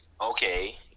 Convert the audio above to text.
okay